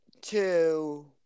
two